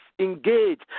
engage